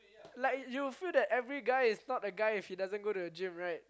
like you will feel that every guy is not a guy if he doesn't go the gym right